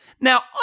Now